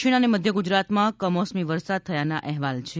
દક્ષિણ અને મધ્ય ગુજરાતમાં કમોસમી વરસાદ થયાનાં અહેવાલ છે